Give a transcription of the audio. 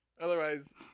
otherwise